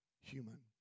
human